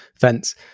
fence